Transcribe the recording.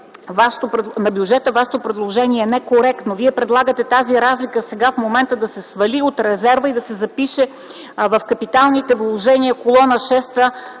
на бюджета Вашето предложение е некоректно. Вие предлагате тази разлика в момента да се свали от резерва и да се запише в капиталните вложения в колона 6